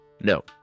No